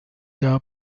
jahr